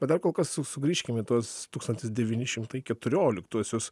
bet dar kol kas su sugrįžkim į tuos tūkstantis devyni šimtai keturioliktuosius